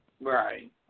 Right